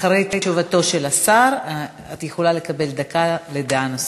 אחרי תשובתו של השר את יכולה לקבל דקה לדעה נוספת.